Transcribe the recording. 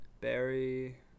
Barry